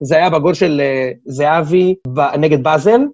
זה היה בגול של זהבי נגד באזל.